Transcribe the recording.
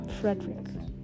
Frederick